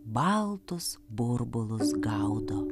baltus burbulus gaudo